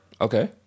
Okay